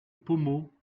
pommeau